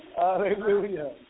Hallelujah